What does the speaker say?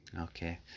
okay